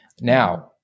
Now